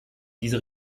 diese